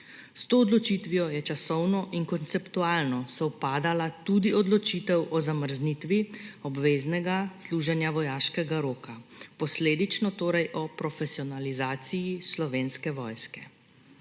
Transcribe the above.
S to odločitvijo je časovno in konceptualno sovpadala tudi odločitev o zamrznitvi obveznega služenja vojaškega roka, posledično torej o profesionalizaciji Slovenske vojske.